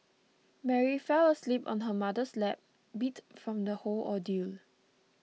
Mary fell asleep on her mother's lap beat from the whole ordeal